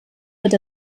wird